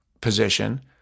position